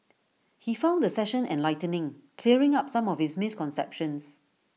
he found the session enlightening clearing up some of his misconceptions